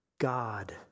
God